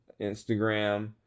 Instagram